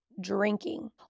Drinking